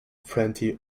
plenty